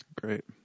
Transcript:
Great